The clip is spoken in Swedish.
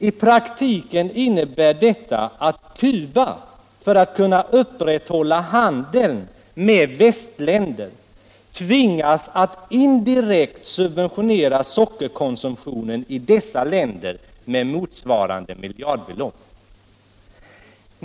I praktiken innebär detta att Cuba för att kunna upprätthålla handeln med västländer tvingas att indirekt subventionera sockerkonsumtionen i dessa länder med motsvarande miljardbetopp.